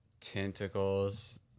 Tentacles